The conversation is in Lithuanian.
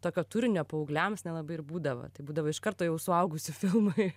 tokio turinio paaugliams nelabai ir būdavo tai būdavo iš karto jau suaugusių filmai